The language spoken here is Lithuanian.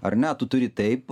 ar ne tu turi taip